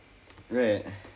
right